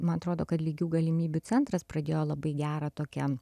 man atrodo kad lygių galimybių centras pradėjo labai gerą tokią